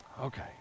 Okay